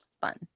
fun